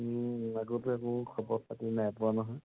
আগতেও একো খবৰ পাতি নাইপোৱা নহয়